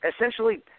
essentially